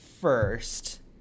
first